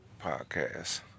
podcast